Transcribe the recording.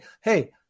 hey